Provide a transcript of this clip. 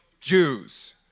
Jews